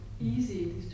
easy